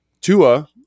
Tua